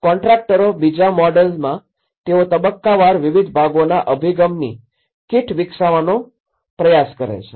કોન્ટ્રાક્ટરો બીજા મોડેલમાં તેઓ તબક્કાવાર વિવિધ ભાગોના અભિગમની કીટ વિકસાવવાનો પ્રયાસ કરે છે